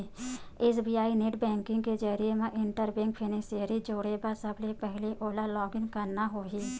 SBI net banking के जरिए म इंटर बेंक बेनिफिसियरी जोड़े बर सबले पहिली ओला लॉगिन करना होही